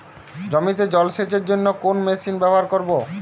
জমিতে জল সেচের জন্য কোন মেশিন ব্যবহার করব?